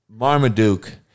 Marmaduke